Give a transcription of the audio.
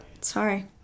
sorry